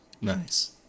Nice